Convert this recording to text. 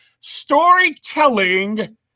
Storytelling